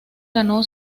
ganó